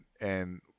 and-